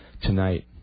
tonight